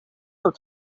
her